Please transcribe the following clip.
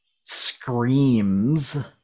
screams